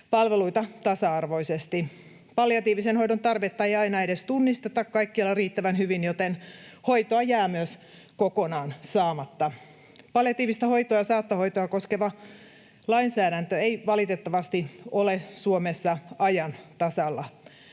palveluita tasa-arvoisesti. Palliatiivisen hoidon tarvetta ei aina edes tunnisteta kaikkialla riittävän hyvin, joten hoitoa jää myös kokonaan saamatta. Palliatiivista hoitoa ja saattohoitoa koskeva lainsäädäntö ei valitettavasti ole Suomessa ajan tasalla.